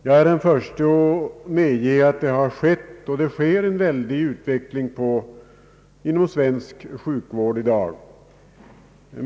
Jag är den förste att medge att det har skett och sker en väldig utveckling inom svensk sjukvård i dag.